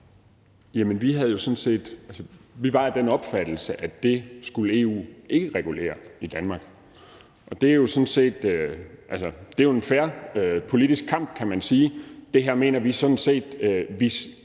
(S): Vi var af den opfattelse, at det skulle EU ikke regulere i Danmark, og det er jo, kan man sige, en fair politisk kamp, altså at det her mener vi sådan set